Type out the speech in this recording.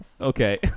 Okay